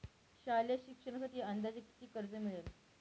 शालेय शिक्षणासाठी अंदाजे किती कर्ज मिळेल?